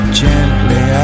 gently